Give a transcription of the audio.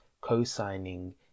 co-signing